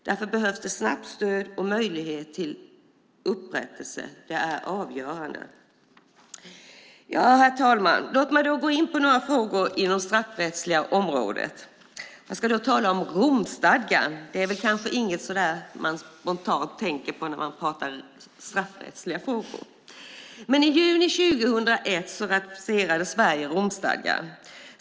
Därför behövs det snabbt stöd och möjlighet till upprättelse. Det är avgörande. Herr talman! Låt mig gå in på några frågor inom det straffrättsliga området. Jag ska då tala om Romstadgan, som väl kanske inte är något som man spontant tänker på när man pratar om straffrättsliga frågor. I juni 2001 ratificerade Sverige Romstadgan.